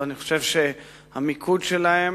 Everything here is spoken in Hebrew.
ואני חושב שהמיקוד שלהם